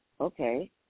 okay